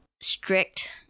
strict